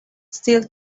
still